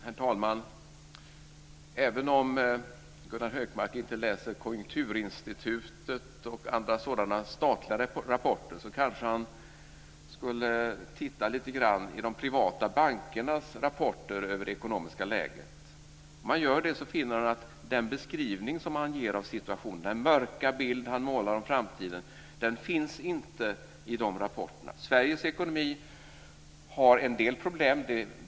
Herr talman! Även om Gunnar Hökmark inte läser Konjunkturinstitutets rapporter eller andra statliga rapporter, så kanske han skulle titta lite grann i de privata bankernas rapporter över det ekonomiska läget. Om han gör det så finner han att den beskrivning som han ger av situationen, den mörka bild han målar av framtiden, inte finns i dessa rapporter. Sveriges ekonomi har en del problem.